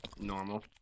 Normal